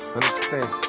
Understand